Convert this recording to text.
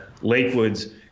Lakewood's